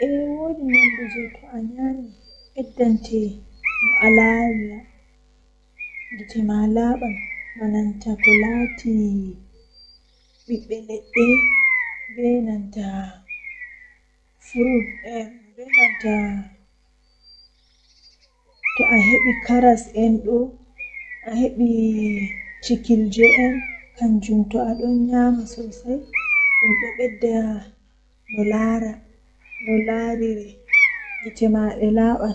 Deftere jei mi jangibabal do jei veli am masin kanjum woni qur'anu, Ngam kala ndse mi jangi dum pat midon nana beldum masin don sena mi masin ngam haalaaji allah on nden don wada mi wela mi haa nder bernde am.